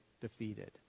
defeated